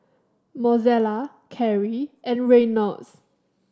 Mozella Carie and Reynolds